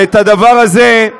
אבל את הדבר הזה,